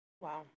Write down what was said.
Wow